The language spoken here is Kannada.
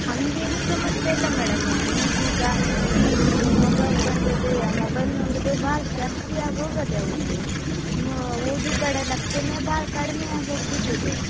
ಹಾಗೇನು ಸಮಸ್ಯೆ ಇಲ್ಲ ಮೇಡಮ್ ಈಗೀಗ ಟಿ ವಿ ಮೊಬೈಲ್ ಬಂದದ್ದೇಯಾ ಮೊಬೈಲ್ ನೋಡೋದೇ ಭಾಳ ಜಾಸ್ತಿ ಆಗೋಗಿದೆ ಅವ್ಳದ್ದು ಮ ಓದೋ ಕಡೆ ಲಕ್ಷ್ಯನೇ ಭಾಳ ಕಡಿಮೆ ಆಗೋಗಿ ಬಿಟ್ಟಿದೆ